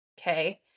Okay